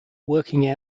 working